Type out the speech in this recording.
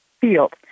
field